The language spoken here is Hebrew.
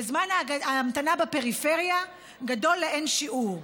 וזמן ההמתנה בפריפריה גדול לאין שיעור.